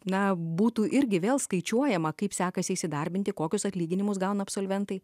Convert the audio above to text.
na būtų irgi vėl skaičiuojama kaip sekasi įsidarbinti kokius atlyginimus gauna absolventai